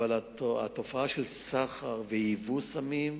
אבל התופעה של סחר וייבוא סמים,